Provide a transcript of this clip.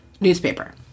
newspaper